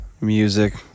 music